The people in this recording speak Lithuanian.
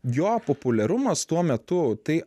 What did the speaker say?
jo populiarumas tuo metu tai